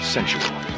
Sensual